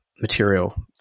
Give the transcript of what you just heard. material